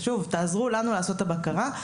תעזרו לנו לעשות את הבקרה.